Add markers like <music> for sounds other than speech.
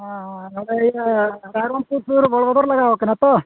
ᱱᱚᱰᱮ ᱤᱭᱟᱹ ᱨᱟᱭᱨᱚᱢᱯᱩᱨ ᱥᱩᱨ ᱨᱮ <unintelligible> ᱞᱟᱜᱟᱣ ᱠᱟᱱᱟ ᱛᱚ